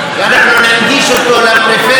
אנחנו ננגיש אותו לפריפריה,